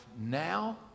now